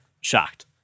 Shocked